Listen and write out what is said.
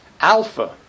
alpha